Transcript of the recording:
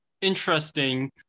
interesting